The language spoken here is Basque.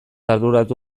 arduratu